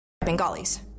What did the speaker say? Bengalis